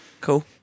cool